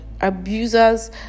Abusers